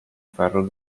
ferro